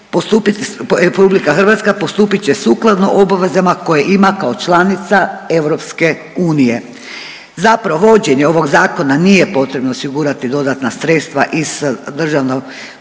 postupit, RH postupit će sukladno obavezama koje ima kao članica EU. Zapravo uvođenjem ovog zakona nije potrebno osigurati dodatna sredstva iz Državnog